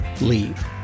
leave